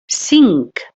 cinc